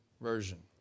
Version